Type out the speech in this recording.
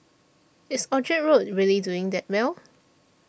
is Orchard Road really doing that well